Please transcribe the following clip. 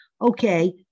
okay